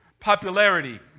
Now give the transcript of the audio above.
Popularity